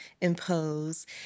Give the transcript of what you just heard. impose